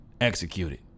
executed